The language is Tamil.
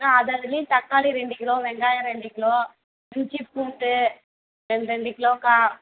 அக்கா அததிலியும் தக்காளி ரெண்டு கிலோ வெங்காயம் ரெண்டு கிலோ இஞ்சி பூண்டு ரெண் ரெண்டு கிலோக்கா